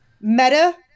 meta